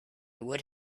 would